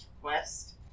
quest